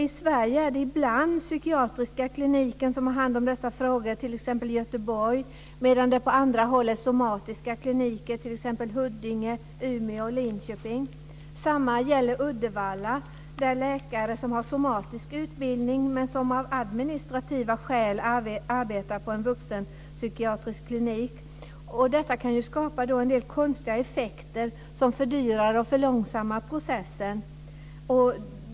I Sverige är det ibland psykiatriska kliniken som har hand om dessa frågor - t.ex. i Göteborg - medan det på andra håll är somatiska kliniker, t.ex. i Huddinge, Umeå och Linköping. Detsamma gäller Uddevalla där läkare som har somatisk utbildning av administrativa skäl arbetar på vuxenpsykiatrisk klinik. Detta kan skapa en del konstiga effekter som fördyrar processen och gör den långsammare.